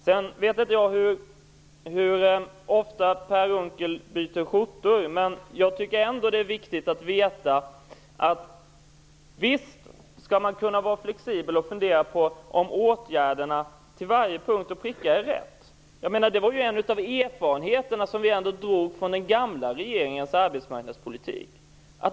Sedan vet jag inte hur ofta Per Unckel byter skjorta, men jag tycker ändå att man visst skall kunna vara flexibel och fundera på om åtgärderna på varje punkt är riktiga. Det var ju en av erfarenheterna vi drog av den gamla regeringens arbetsmarknadspolitik.